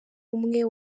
umwe